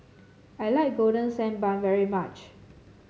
I like Golden Sand Bun very much